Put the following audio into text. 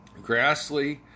Grassley